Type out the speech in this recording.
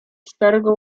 starego